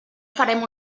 farem